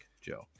Joe